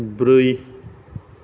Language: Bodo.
ब्रै